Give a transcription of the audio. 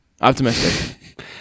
Optimistic